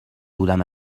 بودم